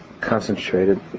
concentrated